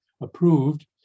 approved